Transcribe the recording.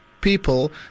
people